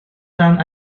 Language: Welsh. ran